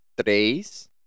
três